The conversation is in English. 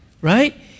right